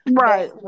right